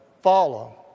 follow